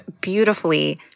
beautifully